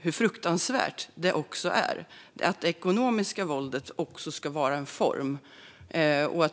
hur fruktansvärt det är. Det ekonomiska våldet bör också vara en form.